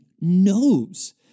knows